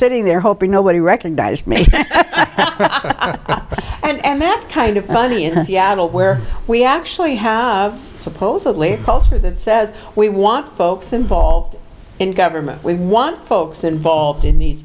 sitting there hoping nobody recognized me and that's kind of funny in seattle where we actually have supposedly a culture that says we want folks involved in government we want folks involved in these